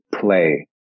play